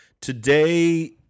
Today